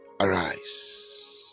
arise